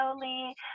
slowly